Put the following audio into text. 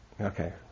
Okay